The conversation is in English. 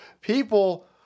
People